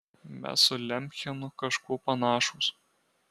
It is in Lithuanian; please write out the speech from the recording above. mes su lemchenu kažkuo panašūs